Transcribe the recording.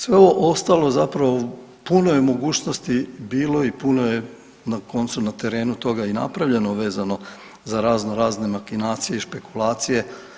Sve ovo ostalo zapravo puno je mogućnosti bilo i puno je na koncu na terenu toga i napravljeno vezano za razno razne makinacije i špekulacije.